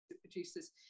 producers